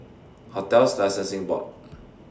hotels Licensing Board